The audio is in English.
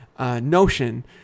Notion